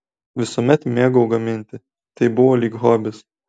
visuomet mėgau gaminti tai buvo lyg hobis